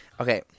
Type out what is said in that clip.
Okay